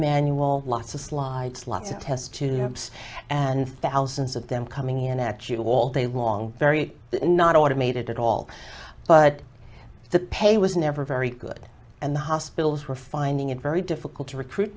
manual lots of slides lots of test tube amps and thousands of them coming in at you all day long very not automated at all but the pay was never very good and the hospitals were finding it very difficult to recruit